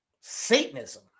Satanism